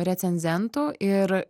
recenzentų ir